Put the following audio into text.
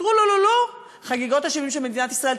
טרולולו: חגיגות ה-70 של מדינת ישראל.